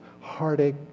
heartache